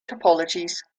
topologies